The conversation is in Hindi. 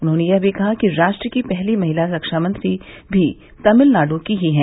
उन्होंने कहा कि राष्ट्र की पहली महिला रक्षामंत्री भी तमिलनाडु की ही हैं